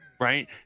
Right